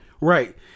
right